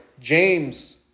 James